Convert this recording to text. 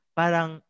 parang